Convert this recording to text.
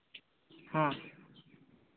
ᱦᱮᱸ